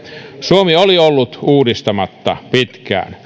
suomi oli ollut uudistamatta pitkään